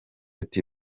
ati